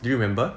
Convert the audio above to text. do you remember